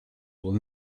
will